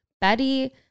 Betty